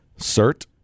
CERT